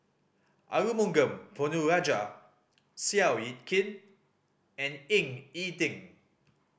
Arumugam Ponnu Rajah Seow Yit Kin and Ying E Ding